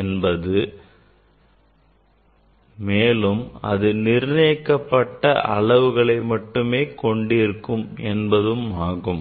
என்பதும் அது நிர்ணயிக்கப்பட்ட அளவுகளை மட்டுமே கொண்டிருக்கும் என்பதுமாகும்